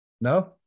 No